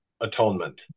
atonement